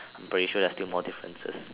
I'm pretty sure there are still more differences